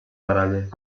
baralles